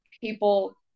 people